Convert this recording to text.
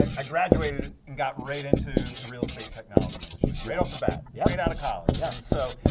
i graduated and got right into the real estate technology industry, right off the bat, straight yeah i mean out of college. yeah and so,